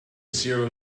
zero